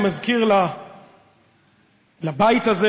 אני מזכיר לבית הזה,